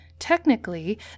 Technically